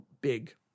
big